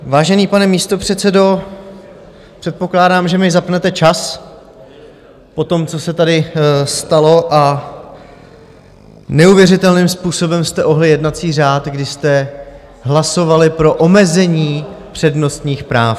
Vážený pane místopředsedo, předpokládám, že mi zapnete čas po tom, co se tady stalo, a neuvěřitelným způsobem jste ohnuli jednací řád, kdy jste hlasovali pro omezení přednostních práv.